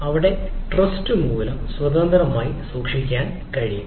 അവിടെ ട്രസ്റ്റ് മൂല്യം സ്വതന്ത്രമായി സൂക്ഷിക്കാൻ കഴിയും